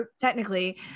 technically